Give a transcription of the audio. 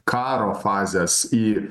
karo fazės į